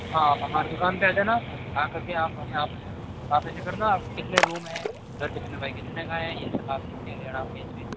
हाँ हमारे दुकान पे आ जाना ध्यान करके आप हमें आप ऐसा करना आप कितने रूम हैं घर कितने बाई कितने का है ये सब आप लिख के ले आना ठीक से